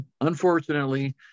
Unfortunately